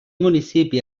municipi